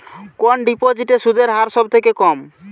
কোন ডিপোজিটে সুদের হার সবথেকে কম?